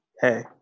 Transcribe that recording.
Hey